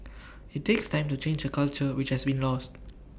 IT takes time to change A culture which has been lost